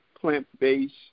plant-based